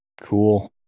cool